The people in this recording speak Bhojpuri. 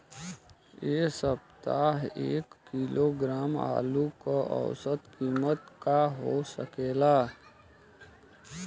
एह सप्ताह एक किलोग्राम आलू क औसत कीमत का हो सकेला?